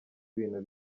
ibintu